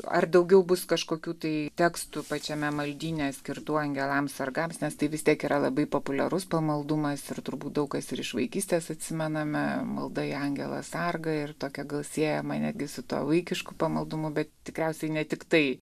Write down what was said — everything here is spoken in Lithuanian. ar daugiau bus kažkokių tai tekstų pačiame maldyne skirtų angelams sargams nes tai vis tiek yra labai populiarus pamaldumas ir turbūt daug kas ir iš vaikystės atsimename malda į angelą sargą ir tokia gal siejama netgi su tuo vaikišku pamaldumu bet tikriausiai ne tik tai